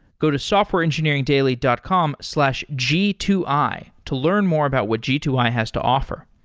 go to softwareengineeringdaily dot com slash g two i to learn more about what g two i has to offer.